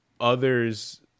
others